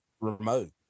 remote